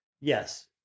yes